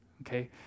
okay